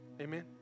Amen